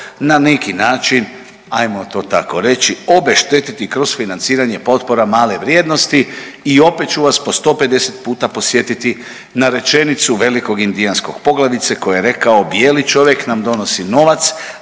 na neki način, ajmo to tako reći obeštetiti kroz financiranje potpora male vrijednosti. I opet ću vas po 150 puta podsjetiti na rečenicu velikog indijanskog poglavice koji je rekao bijeli čovjek nam donosi novac,